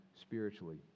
spiritually